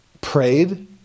prayed